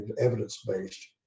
evidence-based